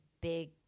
big